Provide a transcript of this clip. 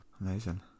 amazing